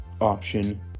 option